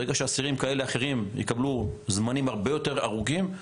ברגע שאסירים יקבלו זמנים יותר ארוכים,